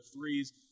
threes